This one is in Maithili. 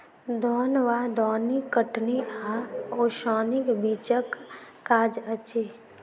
दौन वा दौनी कटनी आ ओसौनीक बीचक काज अछि